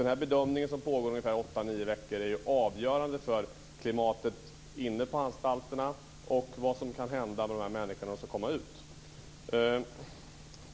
Den här bedömningen, som pågår i ungefär åtta nio veckor, är avgörande för klimatet inne på anstalterna och för vad som kan hända med de här människorna när de ska komma ut.